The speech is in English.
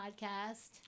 podcast